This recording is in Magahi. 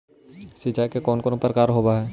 सिंचाई के कौन कौन से प्रकार होब्है?